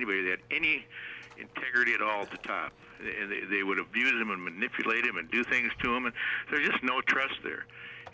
anybody that any integrity at all the time they would have used them and manipulate him and do things to him and there is no trust there